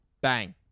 bang